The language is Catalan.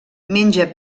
menja